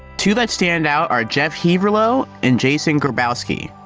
two that stand out, are jeff heaverlo and jason grabowski.